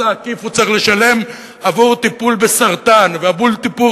העקיף צריך לשלם עבור טיפול בסרטן או עבור תרופות